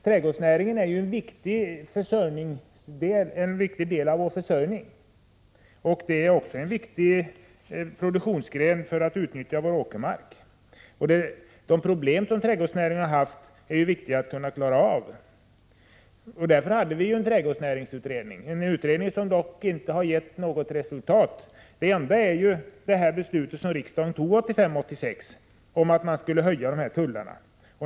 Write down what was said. Trädgårdsnäringen är en viktig del av vår försörjning. Den utgör också en betydelsefull produktionsgren när det gäller att utnyttja vår åkermark. Det är därför angeläget att man kan klara av trädgårdsnäringens problem. Av den anledningen tillsatte vi också trädgårdsnäringsutredningen, som dock inte har gett något resultat. Det enda som hänt är ju det beslut som riksdagen fattade 1985/86 om att höja tullen.